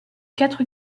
quatre